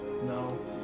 No